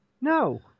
No